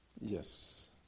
Yes